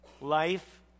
life